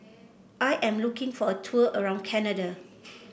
I am looking for a tour around Canada